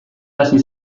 hasi